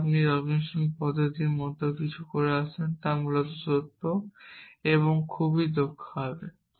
যদি না আপনি রবিনসন পদ্ধতির মতো কিছু নিয়ে আসেন যা মূলত ছোট এবং এখনও খুব দক্ষ ছিল